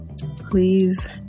please